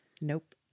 Nope